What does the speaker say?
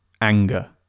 anger